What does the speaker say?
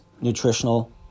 nutritional